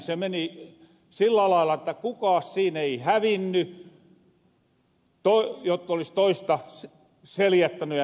se meni sillä lailla että kukaa siin ei hävinny jotta olis toista seljättäny ja näin